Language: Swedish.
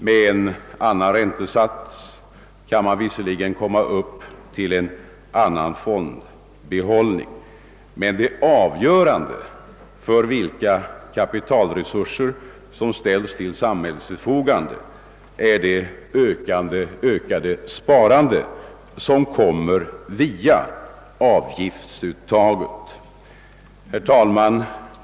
Med en annan räntesats kan man visserligen komma upp till en större fondbehållning, men det avgörande för vilka kapitalresurser som ställs till samhällets förfogande är det ökade sparandet som sker via avgiftsuttaget. Herr talman!